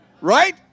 Right